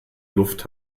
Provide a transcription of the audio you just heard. luft